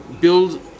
build